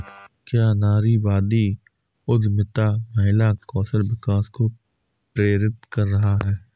क्या नारीवादी उद्यमिता महिला कौशल विकास को प्रेरित कर रहा है?